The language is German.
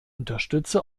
unterstütze